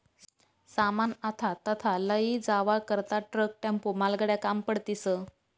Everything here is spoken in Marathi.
सामान आथा तथा लयी जावा करता ट्रक, टेम्पो, मालगाड्या काम पडतीस